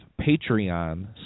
Patreon